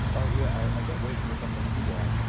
ah yeah i can't wait for something to watch. but